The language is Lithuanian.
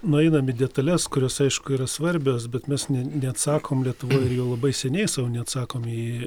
nueinam į detales kurios aišku yra svarbios bet mes neatsakom lietuvoj ir jau labai seniai sau neatsakom į